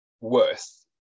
worth